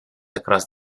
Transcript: across